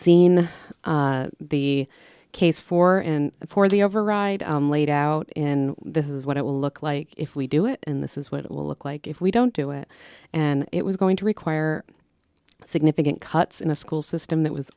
seen the case for and for the override laid out in this is what it will look like if we do it and this is what it will look like if we don't do it and it was going to require significant cuts in a school system that was